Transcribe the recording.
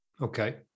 Okay